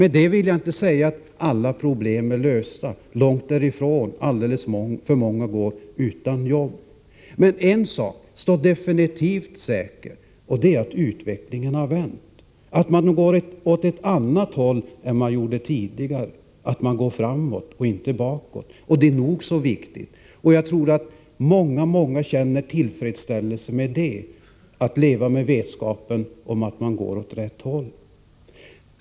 Därmed vill jag inte säga att alla problem är lösta — långt därifrån. Alldeles för många människor går utan jobb. Men en sak är definitivt säker, nämligen att utvecklingen har vänt. Man går åt ett annat håll än tidigare. Man går framåt och inte bakåt. Det är nog så viktigt. Många känner tillfredsställelse över att leva med vetskapen om att man går åt rätt håll.